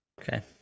Okay